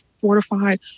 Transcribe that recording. fortified